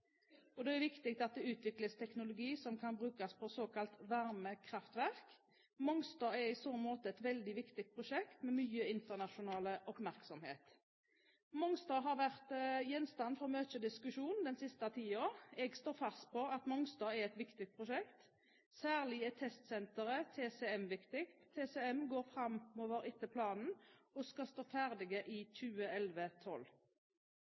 Og det er viktig at det utvikles teknologi som kan brukes på såkalt varme kraftverk. Mongstad er i så måte et veldig viktig prosjekt – med mye internasjonal oppmerksomhet. Mongstad har vært gjenstand for mye diskusjon den siste tiden. Jeg står fast på at Mongstad er et viktig prosjekt. Særlig er testsenteret, TCM, viktig. TCM går framover etter planen og skal stå ferdig i